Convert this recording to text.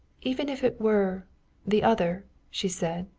even if it were the other, she said,